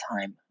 time